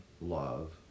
love